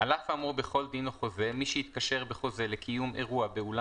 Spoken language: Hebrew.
"חובת החזר מקדמה בשל ביטול אירוע 2. על אף האמור בכל דין או חוזה,